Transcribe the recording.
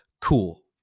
cool